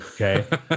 okay